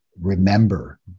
remember